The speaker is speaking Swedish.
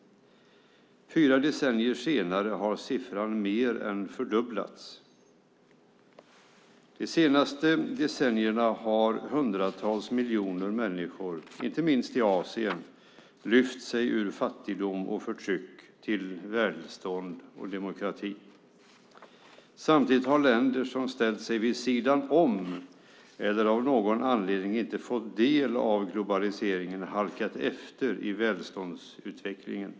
Fyra decennier senare har siffran mer än fördubblats. De senaste decennierna har hundratals miljoner människor, inte minst i Asien, lyft sig ur fattigdom och förtryck till välstånd och demokrati. Samtidigt har länder som ställt sig vid sidan om eller av någon anledning inte fått ta del av globaliseringen halkat efter i välståndsutvecklingen.